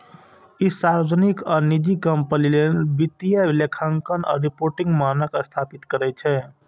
ई सार्वजनिक आ निजी कंपनी लेल वित्तीय लेखांकन आ रिपोर्टिंग मानक स्थापित करै छै